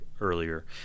earlier